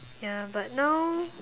ya but now